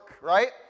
right